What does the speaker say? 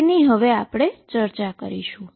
તેની ચર્ચા હવે આપણે કરીશું